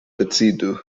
decidu